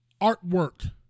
artwork